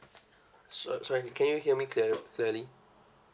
so~ sorry can you hear me clear~ clearly